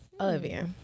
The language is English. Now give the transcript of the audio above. Olivia